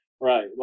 Right